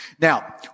Now